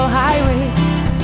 highways